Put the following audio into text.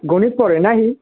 গণিত পঢ়েনে সি